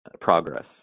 progress